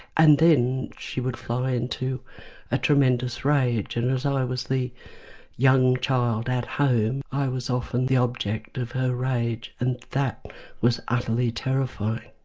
and then she would fly into a tremendous rage and as i was the young child at home i was often the object of her rage and that was utterly terrifying.